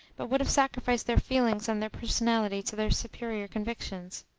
but would have sacrificed their feelings and their personality to their superior convictions.